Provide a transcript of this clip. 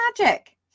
magic